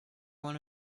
one